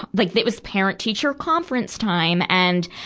like it was parent-teacher conference time. and,